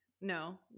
No